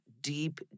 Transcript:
deep